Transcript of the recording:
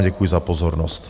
Děkuji vám za pozornost.